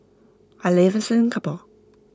I live in Singapore